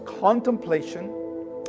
contemplation